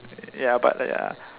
ya but ya